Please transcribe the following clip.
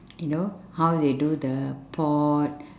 you know how they do the pot